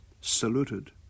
saluted